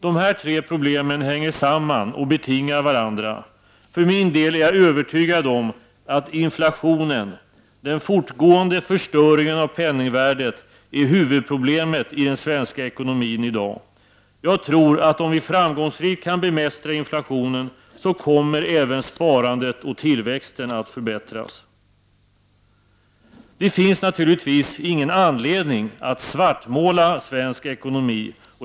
De här tre problemen hänger samman och betingar Väranärk, För min del är jag övertygad om att inflationen och den fortgående förstöringen av penningvärdet är huvudproblemet i den svenska ekonomin i dag. Jag tror att om vi framgångsrikt kan bemästra inflationen, kommer även sparandet och tillväxten att förbättras. Det finns naturligtvis ingen anledning att svartmåla svensk ekonomi.